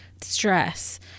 stress